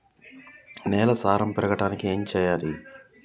నేల సారం పెరగడానికి ఏం చేయాలి?